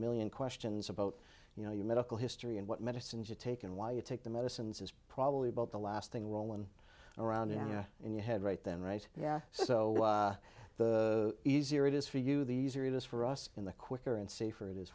million questions about you know your medical history and what medicines you take and why you take the medicines is probably about the last thing rolling around in your in your head right then right yeah so the easier it is for you these areas for us in the quicker and safer it is